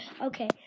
Okay